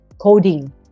coding